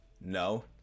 No